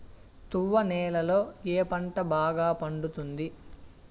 తువ్వ నేలలో ఏ పంట బాగా పండుతుంది?